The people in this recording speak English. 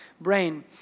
brain